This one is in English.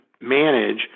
manage